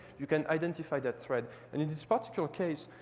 you can identify that thread. and in this particular case,